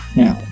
now